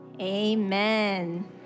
Amen